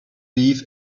beef